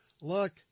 look